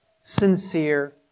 sincere